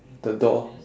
the door